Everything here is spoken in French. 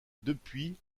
depuis